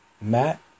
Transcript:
Matt